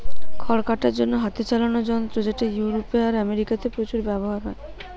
খড় কাটার জন্যে হাতে চালানা যন্ত্র যেটা ইউরোপে আর আমেরিকাতে প্রচুর ব্যাভার হয়